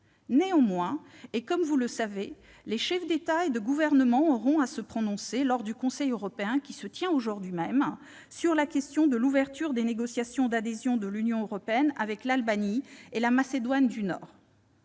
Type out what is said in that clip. Néanmoins, les chefs d'État et de gouvernement devront se prononcer, lors du Conseil européen qui se tient aujourd'hui même, sur la question de l'ouverture des négociations d'adhésion à l'Union européenne avec l'Albanie et la Macédoine du Nord.